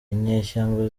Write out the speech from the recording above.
inyeshyamba